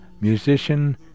musician